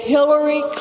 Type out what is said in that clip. Hillary